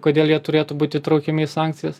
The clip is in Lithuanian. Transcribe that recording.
kodėl jie turėtų būt įtraukiami į sankcijas